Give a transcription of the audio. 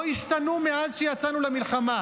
לא השתנו מאז שיצאנו למלחמה: